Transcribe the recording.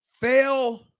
fail